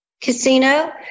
casino